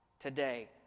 today